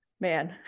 man